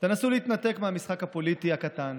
תנסו להתנתק מהמשחק הפוליטי הקטן,